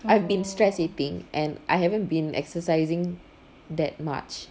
I've been stress eating and I haven't been exercising that much